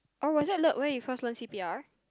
oh was that le~ where you first learn c_p_r